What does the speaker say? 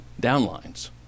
downlines